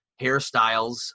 hairstyles